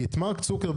את מר צוקרברג,